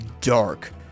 dark